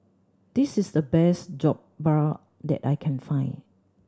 this is the best Jokbal that I can find